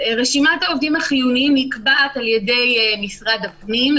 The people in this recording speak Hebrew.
רשימת העובדים החיוניים נקבעת על ידי משרד הפנים.